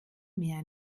mehr